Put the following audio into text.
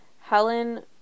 Helen